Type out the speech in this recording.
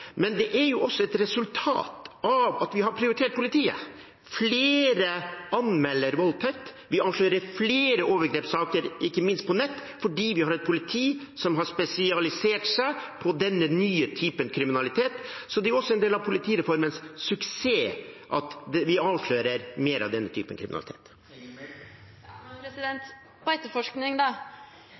men det er jo også et resultat av at vi har prioritert politiet. Flere anmelder voldtekt, vi avslører flere overgrepssaker, ikke minst på nett, fordi vi har et politi som har spesialisert seg på denne nye typen kriminalitet. Så det er også en del av politireformens suksess at vi avslører mer av denne typen kriminalitet. Ja, men når det gjelder etterforskning: